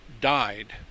died